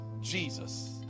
Jesus